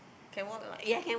can walk lah